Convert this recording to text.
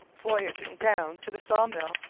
voyaging down to the saw-mill.